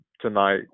tonight